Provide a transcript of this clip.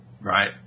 right